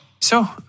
So